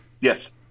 Yes